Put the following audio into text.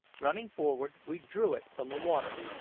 running forward, we drew it from the water,